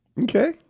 okay